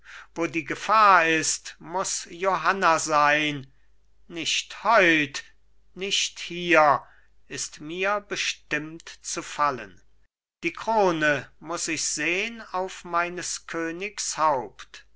wo die gefahr ist muß johanna sein nicht heut nicht hier ist mir bestimmt zu fallen die krone muß ich sehn auf meines